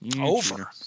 Over